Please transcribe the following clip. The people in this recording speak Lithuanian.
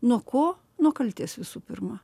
nuo ko nuo kaltės visų pirma